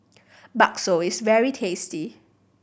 bakso is very tasty